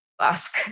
ask